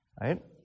Right